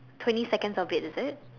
twenty seconds of it is it